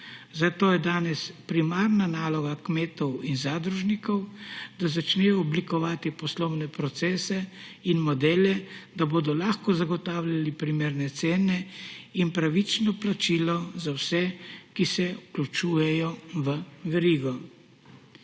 Zato je danes primarna naloga kmetov in zadružnikov, da začnejo oblikovati poslovne procese in modele, da bodo lahko zagotavljali primerne cene in pravično plačilo za vse, ki se vključujejo v verigo.